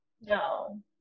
no